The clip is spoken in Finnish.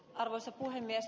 arvoisa puhemies